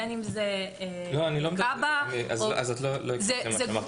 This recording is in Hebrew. בין אם זה כב"ה --- אז את לא הקשבת למה שאמרתי.